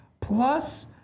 plus